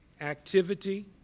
activity